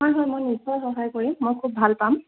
হয় হয় মই নিশ্চয় সহায় কৰিম মই খুব ভাল পাম